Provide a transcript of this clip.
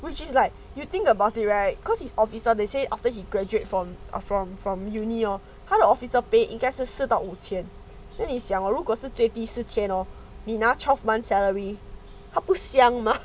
which is like you think about it right because it's officer like they say after he graduate from from from university hor 他的 officer pay 应该是到四到五千 then 你想如果是四到五千 hor 你拿 twelve months salary 他不想吗